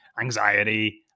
anxiety